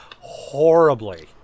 horribly